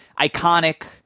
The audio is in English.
iconic